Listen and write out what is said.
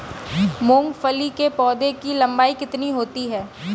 मूंगफली के पौधे की लंबाई कितनी होती है?